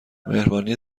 مهربانی